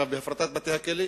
בהפרטת בתי-הכלא,